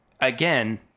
again